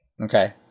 Okay